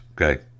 okay